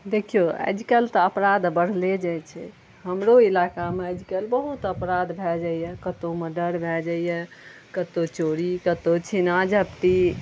देखियौ आइकाल्हि तऽ अपराध बढ़ले जाइ छै हमरो इलाकामे आइकाल्हि बहुत अपराध भए जाइया कत्तौ मडर भऽ जाइया कत्तौ चोरी कत्तौ छीना झपटी